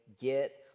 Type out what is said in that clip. Get